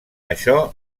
això